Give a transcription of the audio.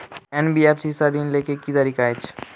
NBFC सँ ऋण लय केँ की तरीका अछि?